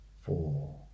four